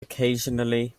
occasionally